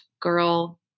girl